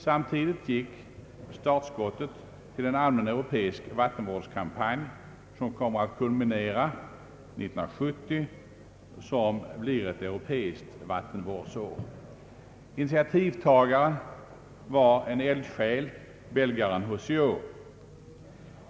Samtidigt gick startskottet till en allmän europeisk vattenvårdskampanj. Den kommer att kulminera 1970, som blir europeiskt naturvårdsår. Initiativtagaren var en eldsjäl, belgaren Housiaux.